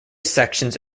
sections